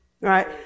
right